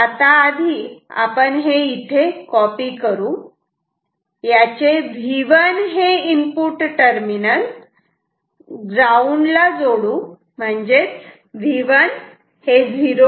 आता आपण हे इथे कॉपी करू याचे V1 हे इनपुट टर्मिनल ग्राऊंड ला जोडू म्हणजेच V1 0